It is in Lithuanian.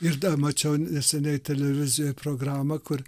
ir dar mačiau neseniai televizijoj programą kur